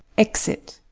exit